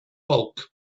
bulk